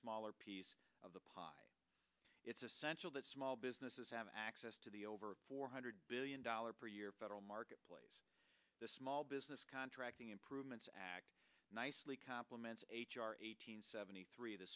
smaller piece of the pie it's essential that small businesses have access to the over four hundred billion dollars per year federal marketplace the small business contracting improvements act nicely compliments h r eight hundred seventy three